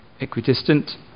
equidistant